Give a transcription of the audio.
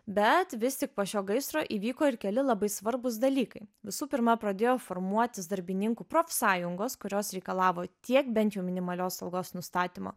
bet vis tik po šio gaisro įvyko ir keli labai svarbūs dalykai visų pirma pradėjo formuotis darbininkų profsąjungos kurios reikalavo tiek bent jau minimalios algos nustatymo